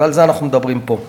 ועל זה אנחנו מדברים פה.